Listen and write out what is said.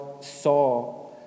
saw